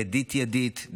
ידית-ידית,